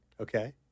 Okay